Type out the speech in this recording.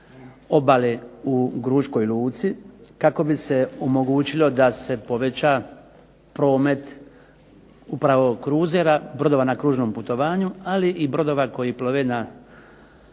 obale u Gruškoj luci kako bi se omogućilo da se poveća promet upravo kruzera, brodova na kružnom putovanju ali i brodova koji plove na,